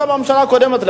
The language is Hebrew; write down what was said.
זה גם הממשלה הקודמת,